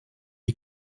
est